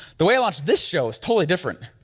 the way i launched this show is totally different.